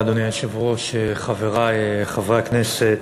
אדוני היושב-ראש, תודה רבה, חברי חברי הכנסת,